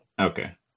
Okay